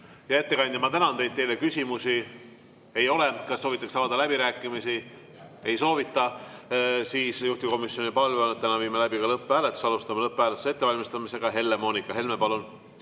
Hea ettekandja, ma tänan teid. Teile küsimusi ei ole. Kas soovitakse avada läbirääkimisi? Ei soovita. Juhtivkomisjoni palve on, et viiksime täna läbi ka lõpphääletuse. Alustame lõpphääletuse ettevalmistamist. Helle-Moonika Helme, palun!